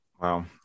Wow